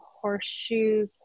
Horseshoe